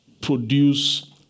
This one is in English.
produce